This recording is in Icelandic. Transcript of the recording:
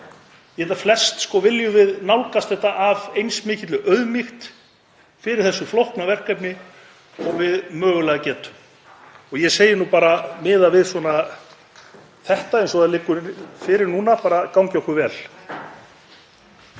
Ég held að flest viljum við nálgast þetta af eins mikilli auðmýkt fyrir þessu flókna verkefni og við mögulega getum. Ég segi bara miðað við málið eins og það liggur fyrir núna: Gangi okkur vel.